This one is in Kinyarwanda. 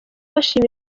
bashima